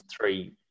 three